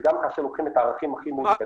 וגם כאשר לוקחים את הערכים הכי מעודכנים,